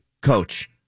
Coach